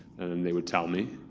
and then they would tell me,